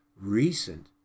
recent